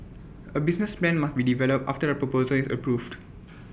A business plan must be developed after the proposal is approved